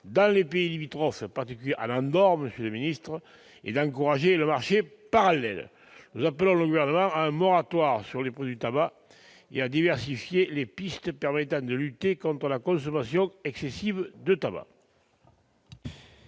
dans les pays limitrophes, en particulier en Andorre, et d'encourager le marché parallèle. Nous appelons le Gouvernement à instaurer un moratoire sur les prix du tabac et à diversifier les pistes permettant de lutter contre la consommation excessive de tabac.